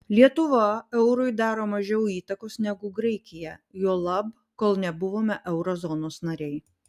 lietuva eurui daro mažiau įtakos negu graikija juolab kol nebuvome euro zonos nariai